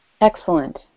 Excellent